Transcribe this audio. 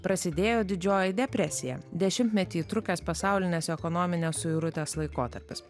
prasidėjo didžioji depresija dešimtmetį trukęs pasaulinės ekonominės suirutės laikotarpis